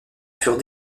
furent